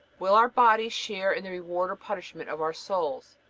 will our bodies share in the reward or punishment of our souls?